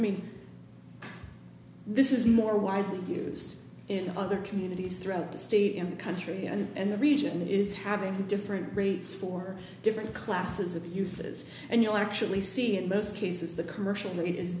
mean this is more widely used in other communities throughout the state in the country and the region is having different rates for different classes of uses and you'll actually see in most cases the commercial